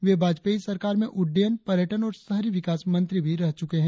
वे वाजपेयी सरकार में उड़डयन पर्यटन और शहरी विकास मंत्री भी रह चुके हैं